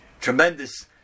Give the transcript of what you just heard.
Tremendous